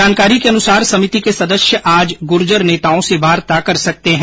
जानकारी के अनुसार समिति के सदस्य आज गुर्जर नेताओं से वार्ता कर सकते है